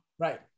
right